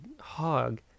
Hog